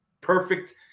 perfect